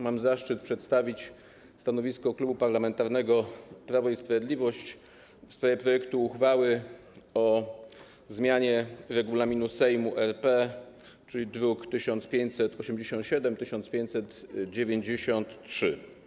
Mam zaszczyt przedstawić stanowisko Klubu Parlamentarnego Prawo i Sprawiedliwość w sprawie projektu uchwały o zmianie Regulaminu Sejmu RP, druki nr 1587 i 1593.